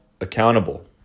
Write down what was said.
accountable